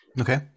Okay